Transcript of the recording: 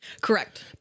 Correct